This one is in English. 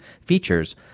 features